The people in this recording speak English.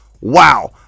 Wow